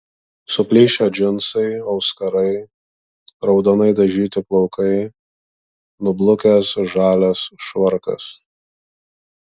suplyšę džinsai auskarai raudonai dažyti plaukai nublukęs žalias švarkas